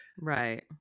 Right